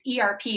ERP